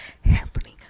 happening